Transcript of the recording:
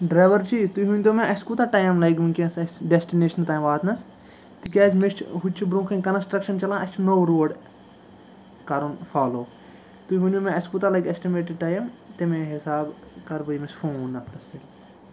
driver ji تُہۍ ؤنۍ تَو مےٚ اَسہِ کوٗتاہ ٹایَم لَگہِ ؤنکیٚنَس اَسہِ ڈیسٹِنیشَن تانۍ واتنَس تِکیٛازِ مےٚ چھِ ہُتہِ چھِ برونٛہہ کَنہِ کَنَسٹریکشَن چلان اَسہِ چھِ نوٚو روڑ کَرُن فالَو تُہۍ ؤنیِو مےٚ اَسہِ کوٗتاہ لَگہِ اٮ۪سٹٕمیٹِڈ ٹایَم تٔمی حسابہٕ کَرٕ بہٕ ییٚمِس فون نفرَس